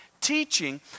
teaching